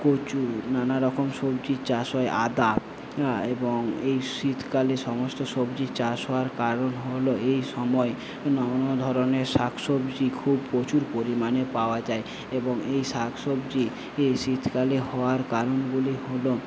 কচু নানারকম সবজির চাষ হয় আদা এবং এই শীতকালে সমস্ত সবজির চাষ হওয়ার কারণ হল এই সময়ে নানা ধরনের শাকসবজি খুব প্রচুর পরিমাণে পাওয়া যায় এবং এই শাকসবজি শীতকালে হওয়ার কারণগুলি হল